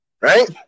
Right